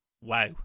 Wow